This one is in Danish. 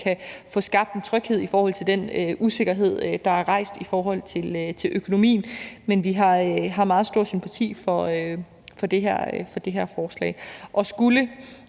kan få skabt en tryghed i forhold til den usikkerhed, der er rejst i forhold til økonomien. Men vi har meget stor sympati for det her forslag. Og skulle